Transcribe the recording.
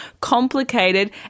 complicated